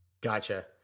Gotcha